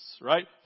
Right